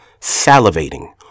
salivating